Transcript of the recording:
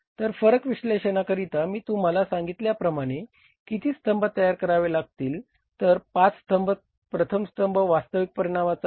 तर फरक विश्लेषणा करीता मी तुम्हाला सांगितल्याप्रमाणे किती स्तंभ तयार करावे लागतील तर पाच स्तंभ प्रथम स्तंभ वास्तविक परिणामाचा आहे